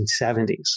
1970s